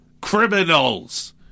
Criminals